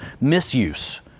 misuse